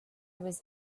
was